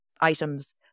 items